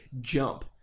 jump